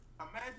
imagine